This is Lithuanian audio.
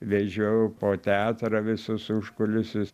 vedžiojau po teatrą visus užkulisius